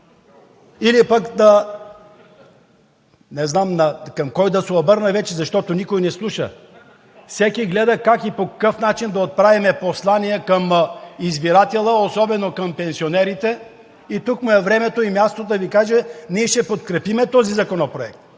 въпрос. Не знам към кой да се обърна вече, защото никой не слуша. Всеки гледа как и по какъв начин да отправим послания към избирателя, особено към пенсионерите. Тук е времето и мястото да Ви кажа: ние ще подкрепим този законопроект,